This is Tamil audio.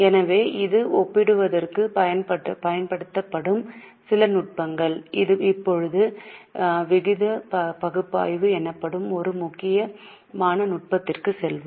எனவே இவை ஒப்பிடுவதற்குப் பயன்படுத்தப்படும் சில நுட்பங்கள் இப்போது விகித பகுப்பாய்வு எனப்படும் மிக முக்கியமான நுட்பத்திற்கு செல்வோம்